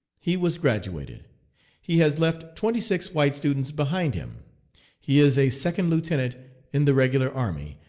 he was graduated he has left twenty-six white students behind him he is a second lieutenant in the regular army,